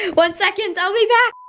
one second, i'll be back.